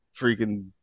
freaking